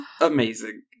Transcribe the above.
amazing